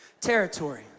Territory